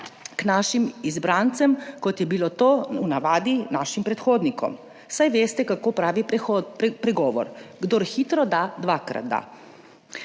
k našim izbrancem, kot je bilo to v navadi našim predhodnikom. Saj veste, kako pravi pregovor, kdor hitro da, dvakrat da.